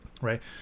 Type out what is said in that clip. Right